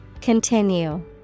Continue